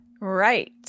Right